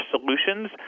solutions